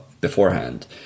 beforehand